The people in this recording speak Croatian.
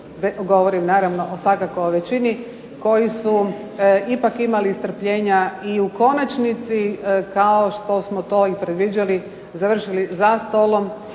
govorim naravno svakako o većini, koji su ipak imali strpljenja i u konačnici kao što smo to i predviđali završili za stolom